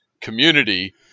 community